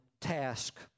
task